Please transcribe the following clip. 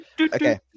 Okay